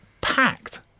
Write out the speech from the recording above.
packed